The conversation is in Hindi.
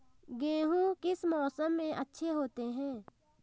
गेहूँ किस मौसम में अच्छे होते हैं?